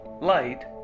light